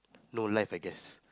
no life I guess